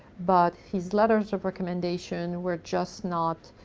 but his letters of recommendation were just not